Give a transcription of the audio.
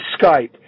Skype